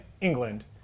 England